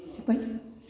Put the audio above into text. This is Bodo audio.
जोबबाय